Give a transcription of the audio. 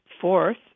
Fourth